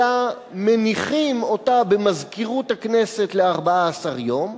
אלא מניחים אותה במזכירות הכנסת ל-14 יום,